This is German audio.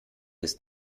ist